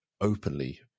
openly